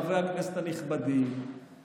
אני לא צריך לספר לחברי הכנסת הנכבדים שיש,